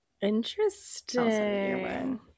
Interesting